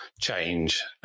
change